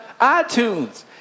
iTunes